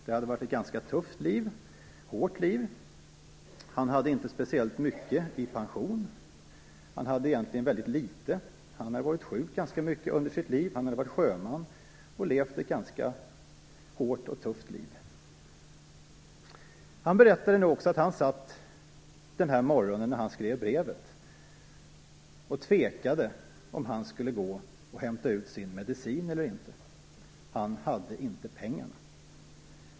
Det har varit ett ganska tufft, hårt liv. Han har inte speciellt mycket i pension, han har egentligen väldigt litet. Han har varit sjuk ganska mycket i sitt liv. Han har varit sjöman och levt ett ganska hårt och tufft liv. Han berättade att han den morgon då han skrev brevet satt och tvekade om huruvida han skulle gå och hämta ut sin medicin eller inte. Han hade inga pengar.